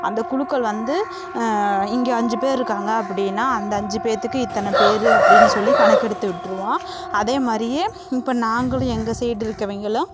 அந்தக் குழுக்கள் வந்து இங்கே அஞ்சு பேர் இருக்காங்க அப்படின்னா அந்த அஞ்சு பேற்றுக்கு இத்தனை பேர் அப்படின்னு சொல்லி கணக்கு எடுத்துவிட்டுருவோம் அதே மாதிரியே இப்போ நாங்களும் எங்கள் சைடு இருக்கவங்கள